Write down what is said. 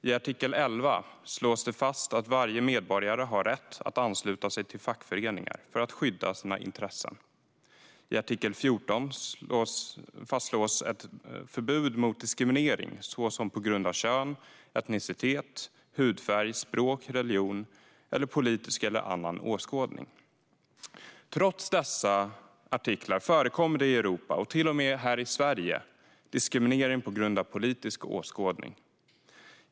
I artikel 11 slås det fast att varje medborgare har rätt att ansluta sig till fackföreningar för att skydda sina intressen. I artikel 14 fastslås ett förbud mot diskriminering på grund av till exempel kön, etnicitet, hudfärg, språk, religion och politisk eller annan åskådning. Trots dessa artiklar förekommer det i Europa, till och med här i Sverige, diskriminering på grund av politisk åskådning.